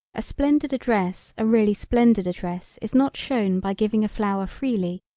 a splendid address a really splendid address is not shown by giving a flower freely,